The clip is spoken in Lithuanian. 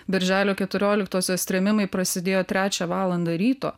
birželio keturioliktosios trėmimai prasidėjo trečią valandą ryto